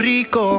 Rico